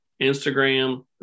Instagram